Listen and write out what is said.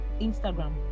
Instagram